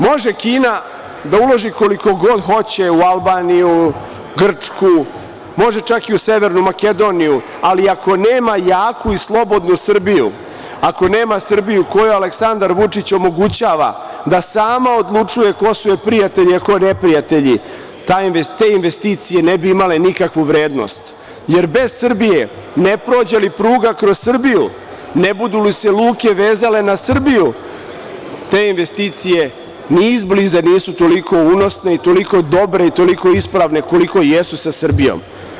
Može Kina da uloži koliko god hoće u Albaniju, Grčku, može čak i u Severnu Makedoniju, ali ako nema jaku i slobodnu Srbiju, ako nema Srbiju u kojoj Aleksandar Vučić omogućava da sama odlučuje ko su joj prijatelji, a ko neprijatelji, te investicije ne bi imale nikakvu vrednost, jer bez Srbije, ne prođe li pruga kroz Srbiju, ne budu li se luke vezale na Srbiju, te investicije ni izbliza nisu toliko unosne i toliko dobre i toliko ispravne koliko jesu sa Srbijom.